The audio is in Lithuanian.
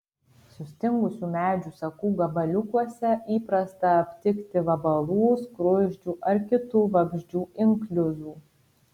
sustingusių medžių sakų gabaliukuose įprasta aptikti vabalų skruzdžių ar kitų vabzdžių inkliuzų